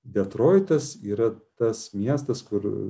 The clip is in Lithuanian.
detroitas yra tas miestas kur